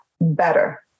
better